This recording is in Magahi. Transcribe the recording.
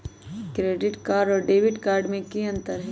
क्रेडिट कार्ड और डेबिट कार्ड में की अंतर हई?